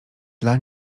dla